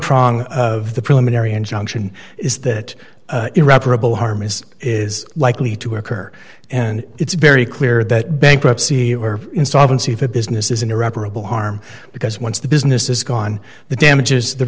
prong of the preliminary injunction is that irreparable harm is is likely to occur and it's very clear that bankruptcy were installed and see if a business is an irreparable harm because once the business is gone the damages the